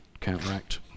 counteract